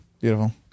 Beautiful